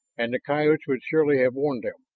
and the coyotes would surely have warned them.